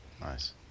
Nice